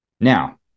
Now